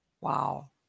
Wow